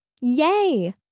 Yay